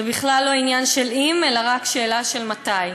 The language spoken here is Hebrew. זה בכלל לא עניין של אם, אלא רק שאלה של מתי.